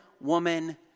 woman